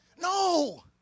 no